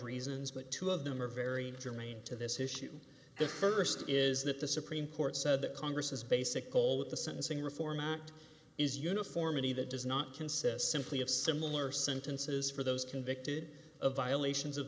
reasons but two of them are very germane to this issue the st is that the supreme court said that congress has basic goal with the sentencing reform act is uniformity that does not consist simply of similar sentences for those convicted of violations